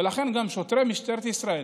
ולכן, גם שוטרי משטרת ישראל,